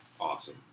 awesome